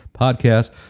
podcast